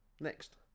Next